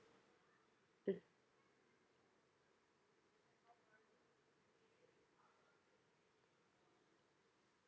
mm